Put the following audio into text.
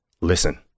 listen